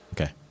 Okay